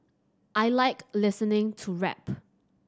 I like listening to rap